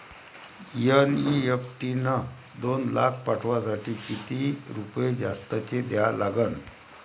NEFT न दोन लाख पाठवासाठी किती रुपये जास्तचे द्या लागन?